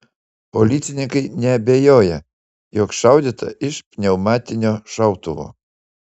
policininkai neabejoja jog šaudyta iš pneumatinio šautuvo